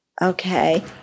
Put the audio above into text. Okay